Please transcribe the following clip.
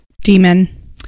Demon